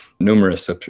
Numerous